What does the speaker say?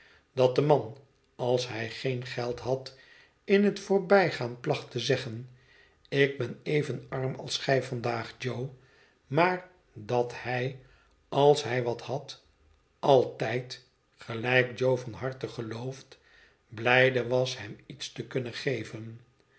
dat de man als hij geen geld had in het voorbijgaan placht te zeggen ik ben even arm als gij vandaag jo maar dat hij als hij wat had altijd gelijk jo van harte gelooft blijde was hem iets te kunnen geven